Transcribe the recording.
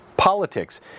Politics